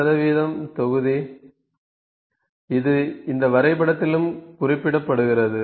5 தொகுதி இது இந்த வரைபடத்திலும் குறிப்பிடப்படுகிறது